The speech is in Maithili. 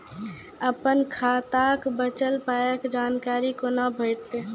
अपन खाताक बचल पायक जानकारी कूना भेटतै?